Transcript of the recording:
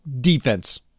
defense